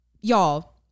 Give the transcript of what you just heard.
y'all